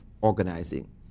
organizing